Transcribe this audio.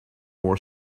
more